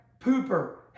pooper